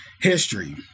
history